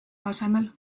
tasemel